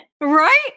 right